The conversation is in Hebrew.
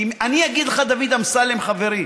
כי אני אגיד לך, דוד אמסלם חברי,